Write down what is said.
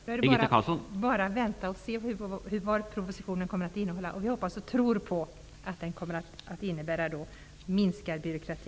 Herr talman! Då är det bara att vänta och se vad propositionen kommer att innehålla. Vi hoppas och tror att den kommer att innebära minskad byråkrati.